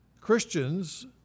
Christians